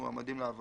לקבלת עובדים)